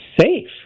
safe